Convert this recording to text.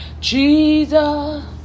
Jesus